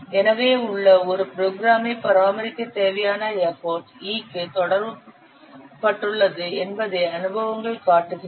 ஏற்கனவே உள்ள ஒரு ப்ரோக்ராமை பராமரிக்க தேவையான எஃபர்ட் E க்கு தொடர்புபட்டுள்ளது என்பதை அனுபவங்கள் காட்டுகின்றன